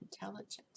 intelligence